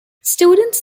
students